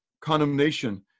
condemnation